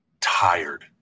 tired